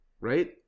right